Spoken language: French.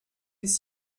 les